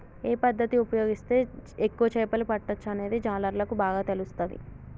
ఏ పద్దతి ఉపయోగిస్తే ఎక్కువ చేపలు పట్టొచ్చనేది జాలర్లకు బాగా తెలుస్తది